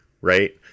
right